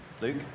Luke